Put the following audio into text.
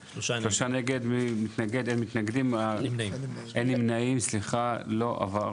נגד, 3 נמנעים, 0 ההסתייגות לא התקבלה.